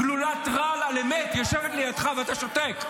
--- גלולת רעל על אמת יושבת לידך ואתה שותק.